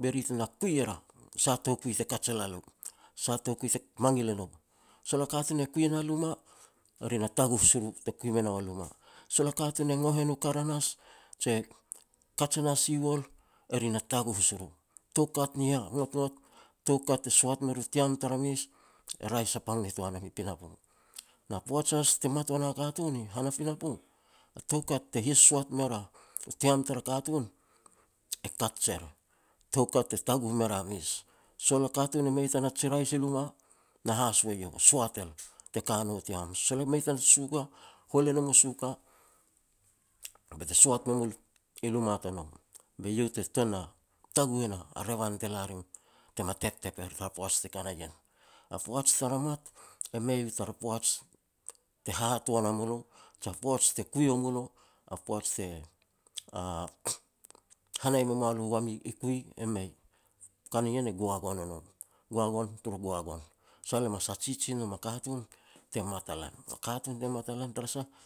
be ri te na kui er a sah toukui te kaj e la lou, sah toukui te mangil e nou. Sol a katun e kui na luma, ri na tAguh si ru te kui me nou a luma, sol a katun e ngoh e nu karanas je kats e na seawall e ri na taguh si ru, tou kat ni ien toukat ni ngotngot, toukat te soat me ru tiam tara mes, e raeh sapang nitoa nam i pinapo, na poaj te mat si wana katun i han a pinapo, toukat te hi sosoat me ria tiam tara katun e kaj er, toukat te taguh me ria mes. Sol a katun e mei ta na ji rais i luma, na haso eiau soat el te ka nu tiam. Sol e mei tun ji suka, hual e nom u suka, be te soat me mul i luma tanou be eiau te tuan na taguh e na revan e la rim tema teptep er tara poaj te ka na ien. A poaj tara mat e mei ta poaj te hahaoan wa mulo jia poj te kui wa mulo, a poaj te hanai me moalo wami i kui, e mei. Kani ien e goagon o no, goagon turu goagon. Tara sah lo mas hajiji ne nom a katun te mat a lan. Katun te mat a lan